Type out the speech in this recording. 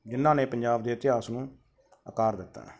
ਜਿਨ੍ਹਾਂ ਨੇ ਪੰਜਾਬ ਦੇ ਇਤਿਹਾਸ ਨੂੰ ਅਕਾਰ ਦਿੱਤਾ